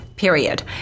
Period